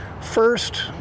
First